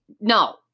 no